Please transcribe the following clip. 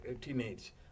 teenage